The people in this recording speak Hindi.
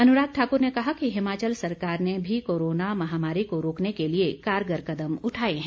अनुराग ठाकुर ने कहा कि हिमाचल सरकार ने भी कोरोना महामारी को रोकने के लिए कारगर कदम उठाए हैं